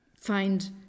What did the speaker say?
find